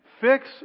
Fix